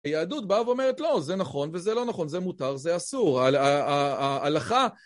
היהדות באה ואומרת, לא, זה נכון וזה לא נכון, זה מותר, זה אסור, ההלכה...